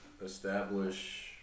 establish